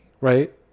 right